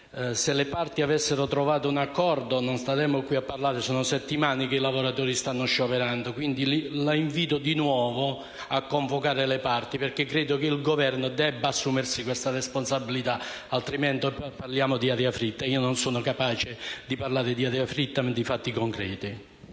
Se le parti avessero trovato un accordo, non staremmo qui a parlare. Sono settimane che i lavoratori stanno scioperando. La invito, quindi, di nuovo, a convocare le parti, perché credo che il Governo debba assumersi questa responsabilità. In caso contrario, qui parliamo di aria fritta. E io non sono capace di parlare di aria fritta, ma di fatti concreti.